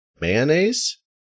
mayonnaise